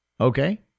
Okay